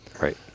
Right